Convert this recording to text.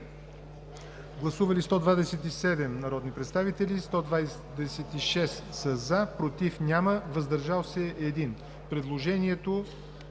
Гласували 127 народни представители: за 126, против няма, въздържал се 1. Предложението